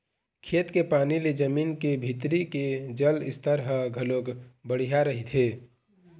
खेत के पानी ले जमीन के भीतरी के जल स्तर ह घलोक बड़िहा रहिथे